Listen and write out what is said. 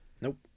Nope